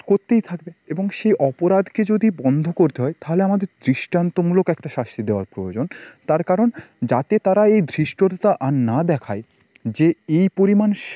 করতেই থাকবে এবং সে অপরাধকে যদি বন্ধ করতে হয় তাহলে আমাদের দৃষ্টান্তমূলক একটা শাস্তি দেওয়ার প্রয়োজন তার কারণ যাতে তারা এই ধৃষ্টতাটা আর না দেখায় যে এই পরিমাণ